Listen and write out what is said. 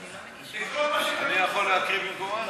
אני יכול להקריא במקומה?